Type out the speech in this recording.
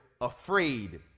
afraid